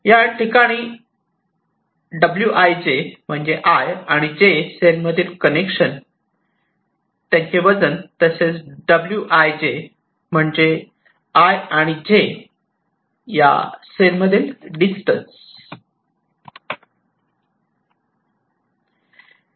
ह्याठिकाणी wij म्हणजे 'I' आणि 'J' सेल मधील कनेक्शन त्यांचे वजन तसेच dij म्हणजे म्हणजे 'I' आणि 'J' सेल मधील डिस्टन्स